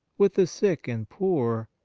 with the sick and poor,